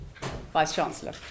Vice-Chancellor